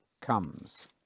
comes